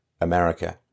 America